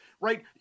Right